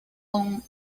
con